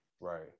Right